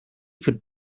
could